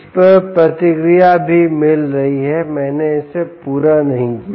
इस पर प्रतिक्रिया भी मिल रही है मैंने इसे पूरा नहीं किया